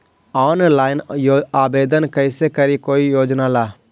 Online आवेदन कैसे करी कोई योजना ला?